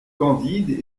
candide